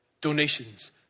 Donations